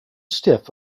stiff